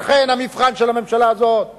לכן, המבחן של הממשלה הזאת הוא